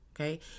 okay